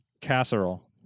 casserole